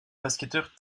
basketteur